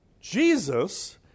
Jesus